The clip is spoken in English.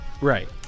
right